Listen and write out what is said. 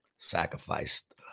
sacrificed